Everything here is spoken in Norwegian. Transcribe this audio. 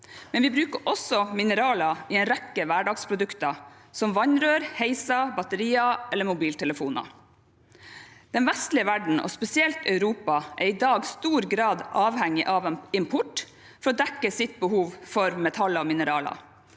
Vi bruker også mineraler i en rekke hverdagsprodukter, som vannrør, heiser, batterier og mobiltelefoner. Den vestlige verden, og spesielt Europa, er i dag i stor grad avhengig av import for å dekke sitt behov for metaller og mineraler.